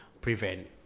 prevent